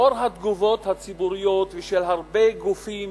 לאור התגובות הציבוריות של הרבה גופים